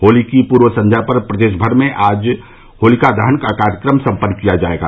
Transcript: होली की पूर्व संघ्या पर प्रदेश भर में आज होलिका दहन का कार्यक्रम सम्पन्न किया जायेगा